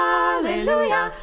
Hallelujah